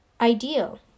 ideal